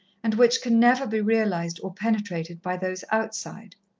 and which can never be realized or penetrated by those outside.